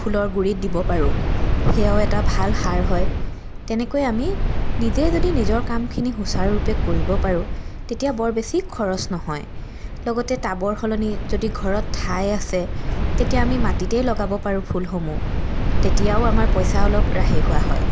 ফুলৰ গুড়িত দিব পাৰোঁ সেইয়াও এটা ভাল সাৰ হয় তেনেকৈ আমি নিজেই যদি নিজৰ কামখিনি সুচাৰুৰূপে কৰিব পাৰোঁ তেতিয়া বৰ বেছি খৰচ নহয় লগতে টাবৰ সলনি যদি ঘৰত ঠাই আছে তেতিয়া আমি মাটিতেই লগাব পাৰোঁ ফুলসমূহ তেতিয়াও আমাৰ পইচা অলপ ৰাহি হোৱা হয়